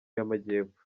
y’amajyepfo